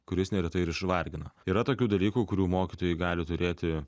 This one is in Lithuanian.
kuris neretai ir išvargina yra tokių dalykų kurių mokytojai gali turėti